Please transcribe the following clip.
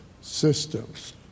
systems